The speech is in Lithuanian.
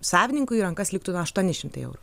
savininkui į rankas liktų na aštuoni šimtai eurų